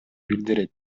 билдирет